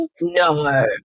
No